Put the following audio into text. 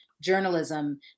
journalism